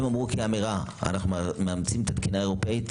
הם אמרו כאמירה אנחנו מאמצים את התקינה האירופאית